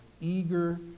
eager